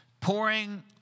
Pouring